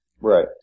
Right